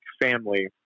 family